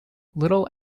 little